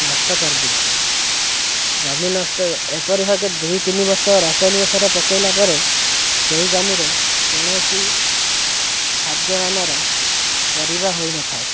ନଷ୍ଟ କରିଦେଇଥାଉ ଜମି ନଷ୍ଟ ଏପରି ଭାବେ ଦୁଇ ତିନି ବର୍ଷ ରାସାୟନିକ ସାର ପକାଇଲା ପରେ ସେହି ଜମିରେ କୌଣସି ଖାଦ୍ୟମାନର ପରିବା ହୋଇନଥାଏ